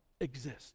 exist